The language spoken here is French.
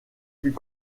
fut